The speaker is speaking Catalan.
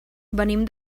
venim